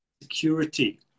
security